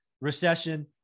recession